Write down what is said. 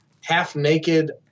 half-naked